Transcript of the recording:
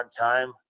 time